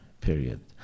period